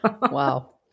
Wow